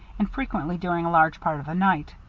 and frequently during a large part of the night.